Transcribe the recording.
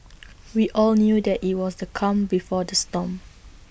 we all knew that IT was the calm before the storm